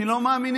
כי לא מאמינים.